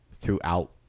throughout